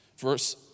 Verse